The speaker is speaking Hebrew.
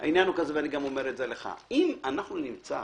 אם אנחנו נמצא